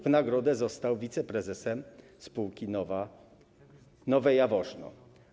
W nagrodę został wiceprezesem spółki Nowe Jaworzno.